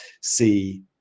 see